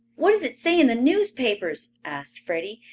what does it say in the newspapers? asked freddie.